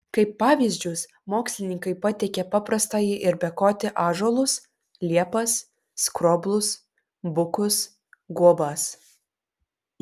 kaip pavyzdžius mokslininkai pateikia paprastąjį ir bekotį ąžuolus liepas skroblus bukus guobas